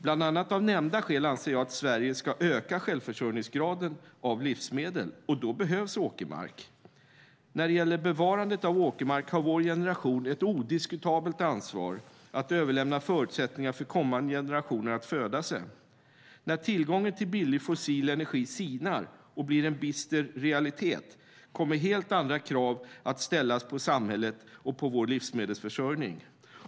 Bland annat av nämnda skäl anser jag att Sverige ska öka självförsörjningsgraden av livsmedel, och då behövs åkermark. När det gäller bevarandet av åkermark har vår generation ett odiskutabelt ansvar att överlämna förutsättningar för kommande generationer att föda sig. När tillgången till billig fossil energi sinar och blir en bister realitet kommer helt andra krav att ställas på samhället och på vår livsmedelsförsörjning.